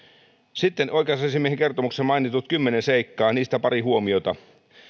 sitten oikeusasiamiehen kertomuksessa mainitut kymmenen seikkaa niistä pari huomiota